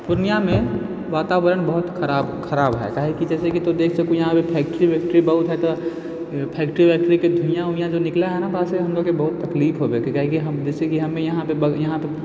पूर्णियामे वातावरण बहुत खराब खराब हइ काहेकि जैसेकि तू देख सकै हूकि यहाँपर फैक्टरी वैक्टरी बहुत हइ तऽ फैक्टरी वैक्टरीके धुइयाँ वुइयाँ जे निकलै हइ वएहसँ हमराके बहुत तकलीफ होवेके हइ काहेकि हम जैसे कि हम यहाँपर हम यहाँ